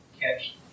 catch